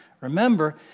Remember